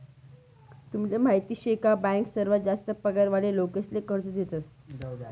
तुमले माहीत शे का बँक सर्वात जास्ती पगार वाला लोकेसले कर्ज देतस